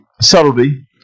subtlety